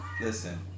Listen